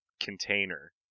container